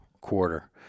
quarter